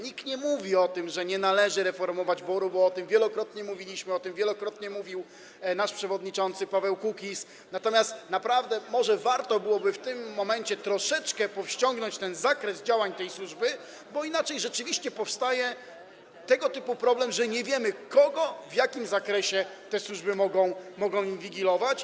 Nikt nie mówi o tym, że nie należy reformować BOR-u, bo o tym wielokrotnie mówiliśmy, o tym wielokrotnie mówił nasz przewodniczący Paweł Kukiz, natomiast naprawdę może warto byłoby w tym momencie troszeczkę powściągnąć to, ograniczyć zakres działań tej służby, bo inaczej rzeczywiście powstaje tego typu problem, że nie wiemy, kogo i w jakim zakresie te służby mogą inwigilować.